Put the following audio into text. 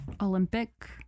Olympic